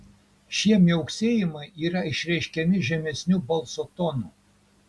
šie miauksėjimai yra išreiškiami žemesniu balso tonu